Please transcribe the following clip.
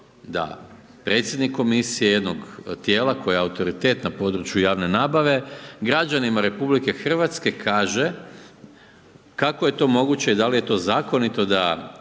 da predsjednik komisije, jednog tijela, koji je autoritet na području javne nabave, građanima RH, kaže, kako je to moguće i da li je to zakonito da